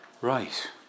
Right